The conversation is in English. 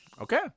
Okay